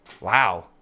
Wow